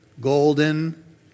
golden